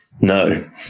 no